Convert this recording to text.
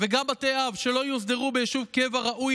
וגם בתי אב שלא יוסדרו ביישוב קבע ראוי